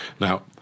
Now